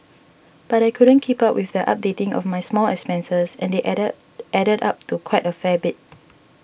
but I couldn't keep up with the updating of my small expenses and they added added up to quite a fair bit